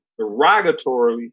derogatorily